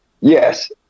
Yes